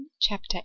Chapter